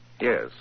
Yes